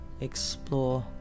explore